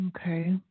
Okay